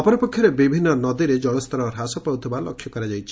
ଅପରପକ୍ଷରେ ବିଭିନ୍ଦ ନଦୀରେ ଜଳସ୍ତର ହ୍ରାସ ପାଉଥବା ଲକ୍ଷ୍ୟ କରାଯାଇଛି